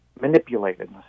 manipulated